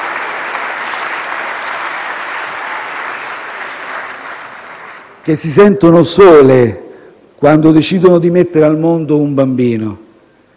che si sentono sole quando decidono di mettere al mondo un bambino.